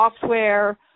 software